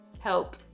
help